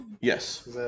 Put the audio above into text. Yes